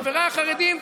חבריי החרדים,